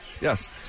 Yes